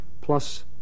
plus